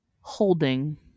holding